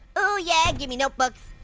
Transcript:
oh yeah! give me notebooks.